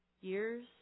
years